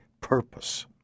purpose